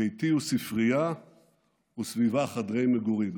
ביתי הוא ספרייה וסביבה חדרי מגורים.